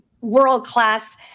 world-class